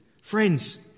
friends